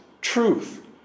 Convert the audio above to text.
truth